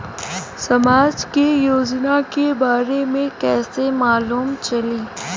समाज के योजना के बारे में कैसे मालूम चली?